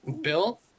Bill